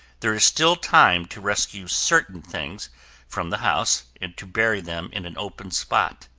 there is still time to rescue certain things from the house and to bury them in an open spot.